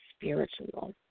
spiritual